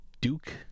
Duke